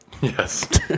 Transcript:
Yes